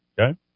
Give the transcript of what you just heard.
Okay